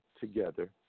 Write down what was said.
Together